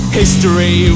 history